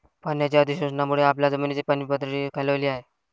पाण्याच्या अतिशोषणामुळे आपल्या जमिनीची पाणीपातळी खालावली आहे